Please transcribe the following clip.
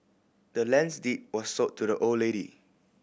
the land's deed was sold to the old lady